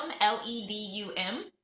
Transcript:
L-E-D-U-M